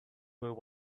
will